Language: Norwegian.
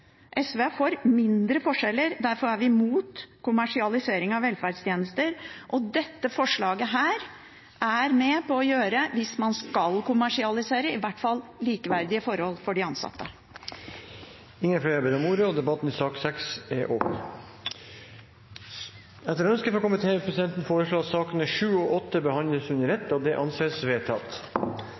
SV er for mindre forskjeller, derfor er vi imot kommersialisering av velferdstjenester, og dette forslaget er med på å gjøre noe med det, hvis man skal kommersialisere, i hvert fall med hensyn til likeverdige forhold for de ansatte. Flere har ikke bedt om ordet til sak nr. 6. Etter ønske fra arbeids- og sosialkomiteen vil presidenten foreslå at sakene nr. 7 og 8 behandles under ett, og det anses vedtatt.